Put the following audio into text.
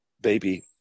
baby